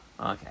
Okay